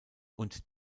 und